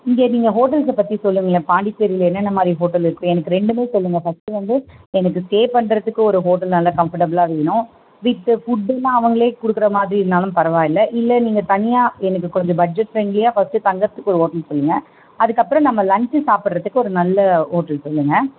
இங்கே நீங்கள் ஹோட்டல்ஸை பற்றி சொல்லுங்களேன் பாண்டிச்சேரியில் என்னென்னமாதிரி ஹோட்டல் இருக்குது எனக்கு ரெண்டுமே சொல்லுங்கள் ஃபஸ்ட்டு வந்து எனக்கு ஸ்டே பண்ணுறதுக்கு ஒரு ஹோட்டல் நல்ல கம்ஃபர்டபுளாக வேணும் வித்து ஃபுட்டெல்லாம் அவங்களே கொடுக்குறமாதிரி இருந்தாலும் பரவாயில்லை இல்லை நீங்கள் தனியாக எனக்கு கொஞ்சம் பட்ஜெட் ஃப்ரெண்ட்லியாக ஃபஸ்ட்டு தங்குறதுக்கு ஒரு ஹோட்டல் சொல்லுங்கள் அதுக்கப்புறம் நம்ம லன்ச்சி சாப்பிட்றதுக்கு ஒரு நல்ல ஹோட்டல் சொல்லுங்கள்